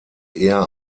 eher